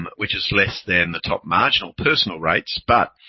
um which is less than the top marginal personal rates. but